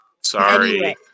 Sorry